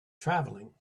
traveling